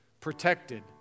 protected